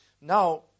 Now